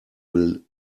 will